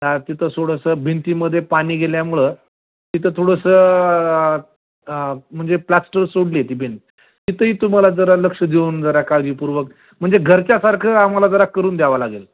हा तिथं थोडंसं भिंतीमध्ये पाणी गेल्यामुळं तिथं थोडंसं म्हणजे प्लास्टर सोडली ती भिंंत तिथंही तुम्हाला जरा लक्ष देऊन जरा काळजीपूर्वक म्हणजे घरच्यासारखं आम्हाला जरा करून द्यावं लागेल